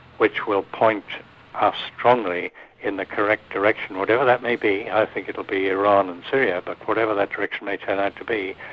which will point us strongly in the correct direction, whatever that may be. i think it'll be iran and syria, but whatever that direction may turn out to be,